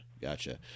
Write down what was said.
gotcha